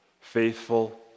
faithful